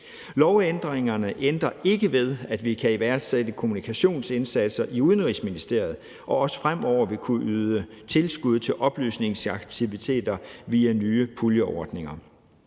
Lovændringerne ændrer ikke ved, at vi kan iværksætte kommunikationsindsatser i Udenrigsministeriet og også fremover vil kunne yde tilskud til oplysningsaktiviteter via nye puljeordninger.